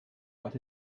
but